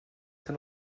ten